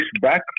back